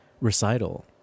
recital